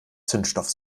zündstoff